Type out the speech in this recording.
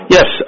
Yes